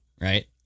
right